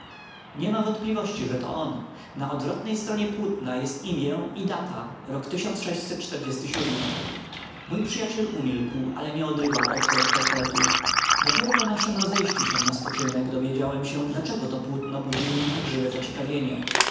groźniejszym niema wątpliwości że to on na odwrotnej stronie płótna jest imię i data rok tysiąc siódmy mój przyjaciel umilkł ale nie odrywał oczu od portretu dopiero po naszem rozejściu się na spoczynek dowiedziałem się dlaczego to płótno budzi w nim tak żywo zaciekawienie